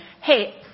Hey